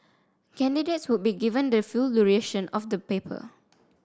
candidates would be given the full duration of the paper